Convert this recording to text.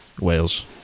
Wales